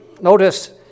notice